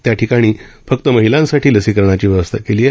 त्याठिकाणी फक्त महिलांसाठी लसीकरणाची व्यवस्था केली आहे